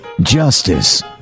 Justice